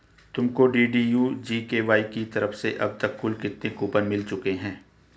तुमको DDU GKY की तरफ से अब तक कुल कितने कूपन मिल चुके हैं?